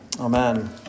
Amen